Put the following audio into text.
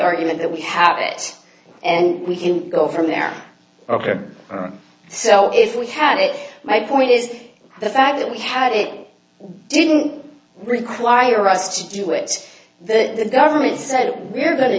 argument that we have it and we can go from there ok so if we had it my point is the fact that we had it didn't require us to do it the government said we're going to